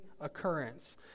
occurrence